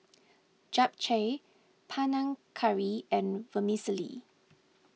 Japchae Panang Curry and Vermicelli